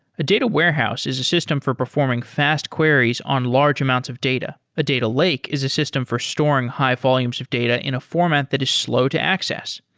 a data warehouse is a system for performing fast queries on large amounts of data. a data lake is a system for storing high-volumes of data in a format that is slow to access.